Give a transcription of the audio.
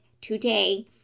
today